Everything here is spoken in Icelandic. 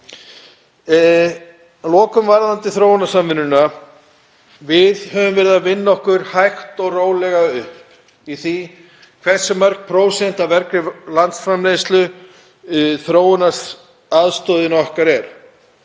lokum varðandi þróunarsamvinnuna. Við höfum verið að vinna okkur hægt og rólega upp í því hversu mörg prósent af vergri landsframleiðslu við veitum til